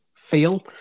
feel